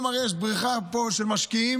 הרי היום יש בריחה של משקיעים,